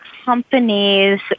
Companies